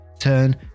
Turn